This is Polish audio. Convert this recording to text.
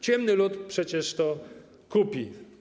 Ciemny lud przecież to kupi.